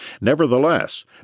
Nevertheless